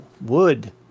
wood